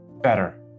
better